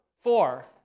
Four